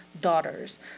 daughters